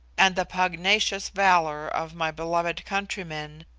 and the pugnacious valour of my beloved countrymen,